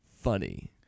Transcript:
Funny